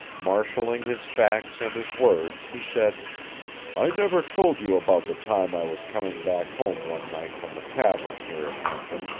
marshaling his facts and his words, he said i never told you about the time i was coming back home one night from the tavern here at hampton,